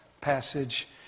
passage